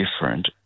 different